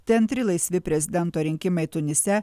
tai antri laisvi prezidento rinkimai tunise